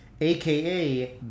aka